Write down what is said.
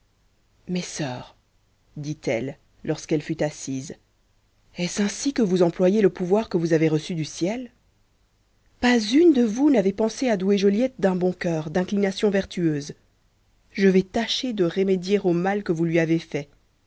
mes sœurs dit-elle lorsqu'elle fut assise est-ce ainsi que vous employez le pouvoir que vous avez reçu du ciel pas une de vous n'a pensé à douer joliette d'un bon cœur d'inclinations vertueuses je vais tâcher de remédier au mal que vous lui avez fait